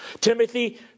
Timothy